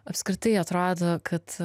apskritai atrado kad